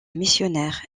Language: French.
missionnaire